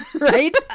right